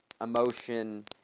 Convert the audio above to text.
emotion